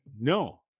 No